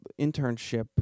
internship